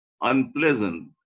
unpleasant